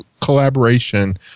collaboration